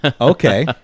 Okay